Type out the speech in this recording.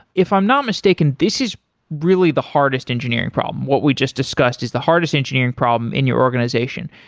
if i'm not mistaken, this is really the hardest engineering problem. what we just discussed is the hardest engineering problem in your organization.